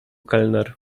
kelner